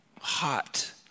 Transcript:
hot